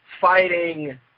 fighting